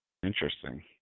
interesting